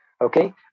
Okay